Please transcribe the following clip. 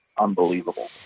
unbelievable